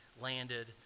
landed